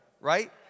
right